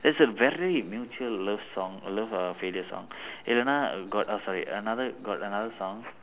it's a very mutual love song love uh failure song another got oh sorry another got another song